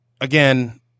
again